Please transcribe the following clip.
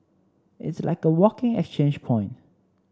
it's like a walking exchange point